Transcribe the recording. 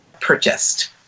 purchased